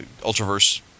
Ultraverse –